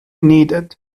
needed